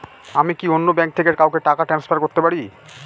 আমি কি অন্য ব্যাঙ্ক থেকে কাউকে টাকা ট্রান্সফার করতে পারি?